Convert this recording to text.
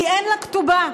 כי אין לה כתובה,